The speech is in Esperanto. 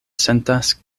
sentas